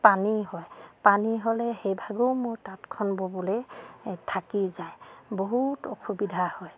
পানী হয় পানী হ'লে সেইভাগেও মোৰ তাঁতখন ব'বলৈ থাকি যায় বহুত অসুবিধা হয়